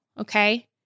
okay